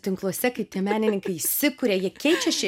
tinkluose kai tie menininkai įsikuria jie keičia ši